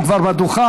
הוא כבר בדוכן.